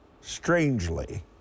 strangely